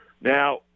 Now